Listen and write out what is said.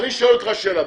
אני שואל אותך שאלה,